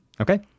okay